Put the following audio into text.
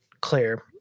clear